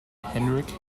heinrich